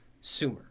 Sumer